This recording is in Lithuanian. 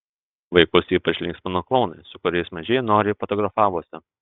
vaikus ypač linksmino klounai su kuriais mažieji noriai fotografavosi